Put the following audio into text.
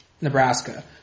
Nebraska